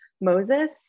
Moses